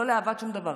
לא לאהבת שום דבר,